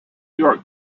york